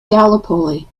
gallipoli